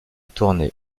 tournée